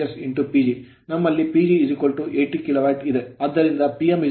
ನಮ್ಮಲ್ಲಿ PG80KW ಇದೆ ಆದ್ದರಿಂದ Pm 1 0